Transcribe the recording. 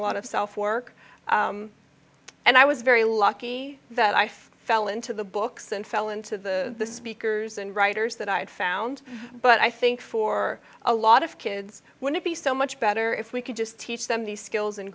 a lot of self work and i was very lucky that i fell into the books and fell into the speakers and writers that i had found but i think for a lot of kids would it be so much better if we could just teach them these skills in